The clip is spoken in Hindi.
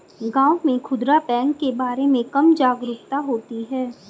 गांव में खूदरा बैंक के बारे में कम जागरूकता होती है